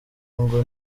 ngo